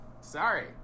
Sorry